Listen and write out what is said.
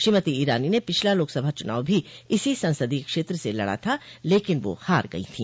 श्रीमती ईरानी ने पिछला लोकसभा भी इसी संसदीय क्षेत्र से लड़ा था लेकिन वह हार गई थी